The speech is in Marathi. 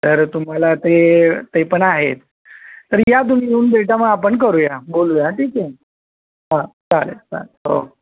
तर तुम्हाला ते ते पण आहेत तर या तुम्ही येऊन भेटा मग आपण करूया बोलूया ठीक आहे हां चालेल चालेल हो